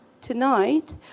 tonight